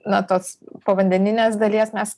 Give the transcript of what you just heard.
nuo tos povandeninės dalies mes